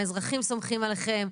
האזרחים סומכים עליכם,